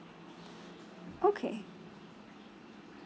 okay